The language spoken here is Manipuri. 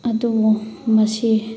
ꯑꯗꯨꯕꯨ ꯃꯁꯤ